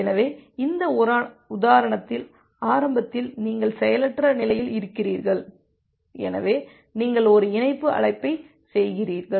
எனவே இந்த உதாரணத்தில் ஆரம்பத்தில் நீங்கள் செயலற்ற நிலையில் இருக்கிறீர்கள் எனவே நீங்கள் ஒரு இணைப்பு அழைப்பைச் செய்கிறீர்கள்